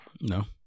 No